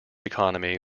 economy